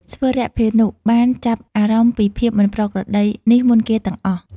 ស្វរភានុបានចាប់អារម្មណ៍ពីភាពមិនប្រក្រតីនេះមុនគេទាំងអស់។